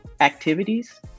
activities